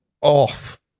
Off